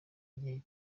igihe